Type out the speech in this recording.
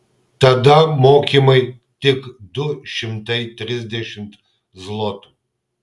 tada mokymai tik du šimtai trisdešimt zlotų